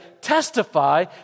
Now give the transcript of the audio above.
testify